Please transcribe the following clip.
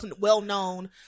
well-known